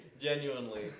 Genuinely